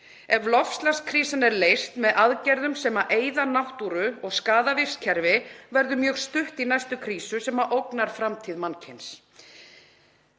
Ef loftslagskrísan er leyst með aðgerðum sem eyða náttúru og skaða vistkerfi verður mjög stutt í næstu krísu sem ógnar framtíð mannkyns.“